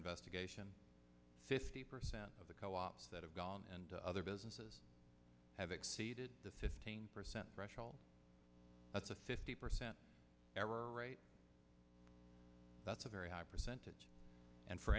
investigation fifty percent of the co ops that have gone and other businesses have exceeded the fifteen percent threshold that's a fifty percent error rate that's a very high percentage and for